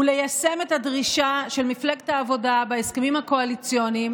הוא ליישם את הדרישה של מפלגת העבודה בהסכמים הקואליציוניים